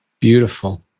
beautiful